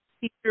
teacher